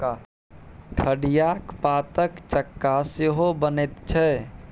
ठढियाक पातक चक्का सेहो बनैत छै